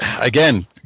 again